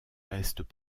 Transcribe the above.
restent